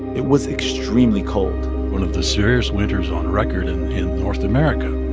it was extremely cold one of the serious winters on record in north america.